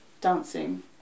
dancing